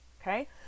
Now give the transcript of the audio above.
Okay